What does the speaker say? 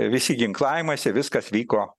visi ginklavimaisi viskas vyko